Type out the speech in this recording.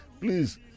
please